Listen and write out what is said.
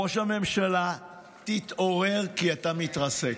ראש הממשלה, תתעורר כי אתה מתרסק.